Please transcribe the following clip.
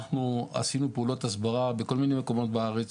אנחנו עשינו פעולות הסברה בכל מיני מקומות בארץ,